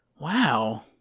Wow